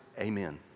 amen